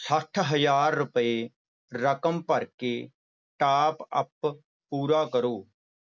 ਸੱਠ ਹਜ਼ਾਰ ਰੁਪਏ ਰਕਮ ਭਰ ਕੇ ਟਾਪ ਅਪ ਪੂਰਾ ਕਰੋ